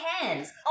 hands